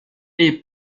est